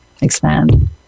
expand